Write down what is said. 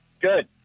Good